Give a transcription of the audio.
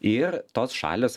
ir tos šalys